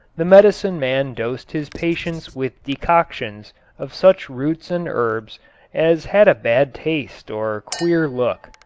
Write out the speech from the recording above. the medicine man dosed his patients with decoctions of such roots and herbs as had a bad taste or queer look.